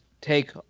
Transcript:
take